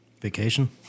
Vacation